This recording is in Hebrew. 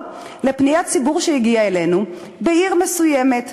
לפניית ציבור שהגיעה אלינו מעיר מסוימת,